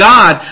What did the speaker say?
God